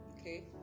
Okay